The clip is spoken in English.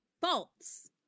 faults